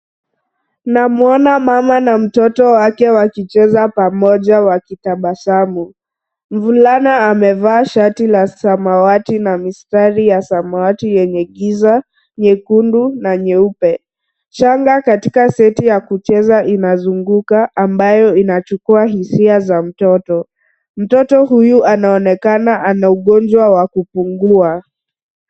Namuona mama na mtoto wake wakicheza pamoja wakitabasamu. Mvulana amevaa shati la samawati na mistari ya samawati yenye giza nyekundu na nyeupe. Shanga katika seti ya kucheza inazunguka ambayo inachukua hisia za mtoto. Mtoto huyu anaonekana ana ugonjwa wa kupungua.